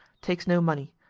takes no money.